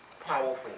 powerful